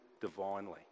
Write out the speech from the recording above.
divinely